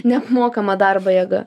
neapmokama darbo jėga